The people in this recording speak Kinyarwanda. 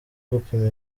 gupima